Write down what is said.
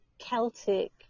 celtic